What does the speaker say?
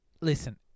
listen